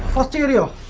material